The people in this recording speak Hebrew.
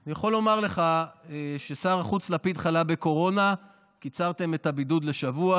אני יכול לומר לך שכששר החוץ לפיד חלה בקורונה קיצרתם את הבידוד לשבוע,